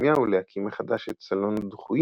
האקדמיה ולהקים מחדש את "סלון הדחויים"